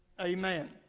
Amen